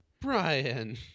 Brian